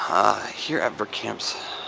here at verkamps